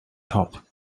top